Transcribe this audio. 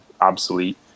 obsolete